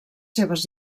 seves